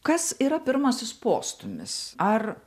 kas yra pirmasis postūmis ar